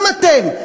גם אתם,